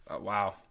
wow